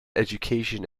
education